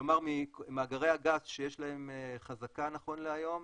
כלומר ממאגרי הגז שיש להם חזקה נכון להיום,